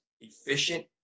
efficient